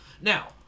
Now